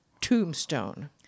tombstone